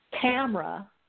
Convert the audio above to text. camera